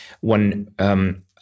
one